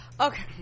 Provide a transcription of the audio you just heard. okay